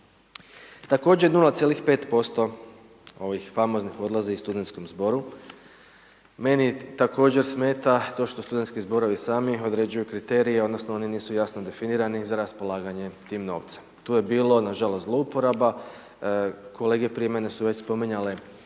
Također 0,5%, ovih famoznih odlaze i studentskom zboru, meni također smeta to što studentski zborovi sami određuju kriterije odnosno oni nisu jasni definirani za raspolaganje tim novcem. Tu je bilo nažalost zlouporaba, kolege prije mene su već spominjale